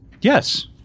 Yes